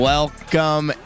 Welcome